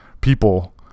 people